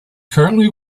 currently